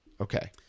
Okay